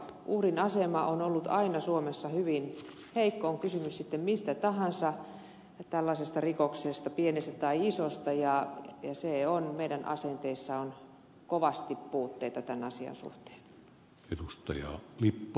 uhrin asema on ollut aina suomessa hyvin heikko on kysymys sitten mistä tahansa tällaisesta rikoksesta pienestä tai isosta ja meidän asenteissamme on kovasti puutteita tämän asian suhteen